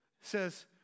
says